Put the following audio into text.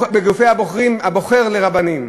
בגופים הבוחרים לרבנים,